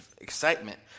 excitement